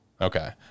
Okay